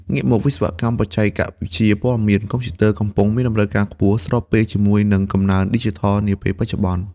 ងាកមកវិស្វកម្មបច្ចេកវិទ្យាព័ត៌មាន កុំព្យូទ័រ កំពុងមានតម្រូវការខ្ពស់ ស្របពេលជាមួយនឹង កំណើនឌីជីថលនាពេលបច្ចុប្បន្ន។